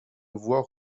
voir